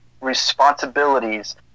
responsibilities